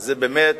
זה באמת,